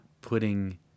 putting